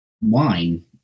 wine